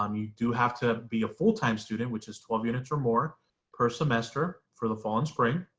um you do have to be a full-time student which is twelve units or more per semester for the fall and spring.